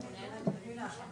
ואני כרגע מדבר